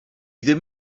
ddim